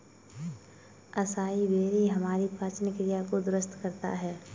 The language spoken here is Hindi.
असाई बेरी हमारी पाचन क्रिया को दुरुस्त करता है